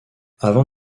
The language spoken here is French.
avant